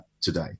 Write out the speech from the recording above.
today